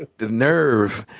the nerve.